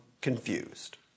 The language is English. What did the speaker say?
confused